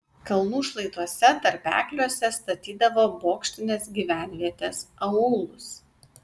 kalnų šlaituose tarpekliuose statydavo bokštines gyvenvietes aūlus